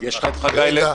נעשה בכנסת.